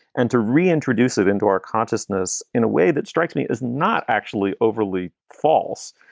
and to reintroduce it into our consciousness in a way that strikes me is not actually overly false.